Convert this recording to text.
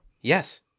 Yes